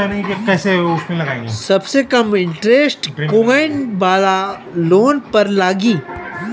सबसे कम इन्टरेस्ट कोउन वाला लोन पर लागी?